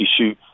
issue